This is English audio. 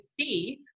see